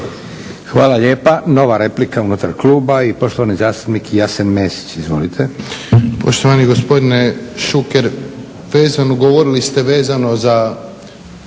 Hvala lijepa. Nova replika unutar kluba i poštovani zastupnik Jasen Mesić. Izvolite.